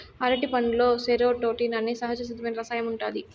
అరటిపండులో సెరోటోనిన్ అనే సహజసిద్ధమైన రసాయనం ఉంటాది